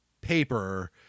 paper